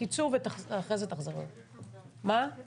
זה הסכם מאוד דומה בעקרונותיו להסכם